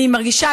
אני מרגישה